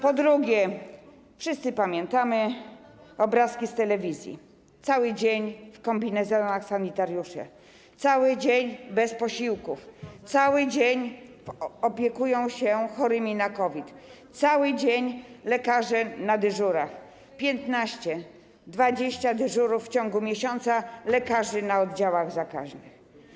Po drugie, wszyscy pamiętamy obrazki z telewizji - sanitariusze cały dzień w kombinezonach, cały dzień bez posiłków, cały dzień opiekują się chorymi na COVID, cały dzień lekarze na dyżurach, 15, 20 dyżurów w ciągu miesiąca lekarzy na oddziałach zakaźnych.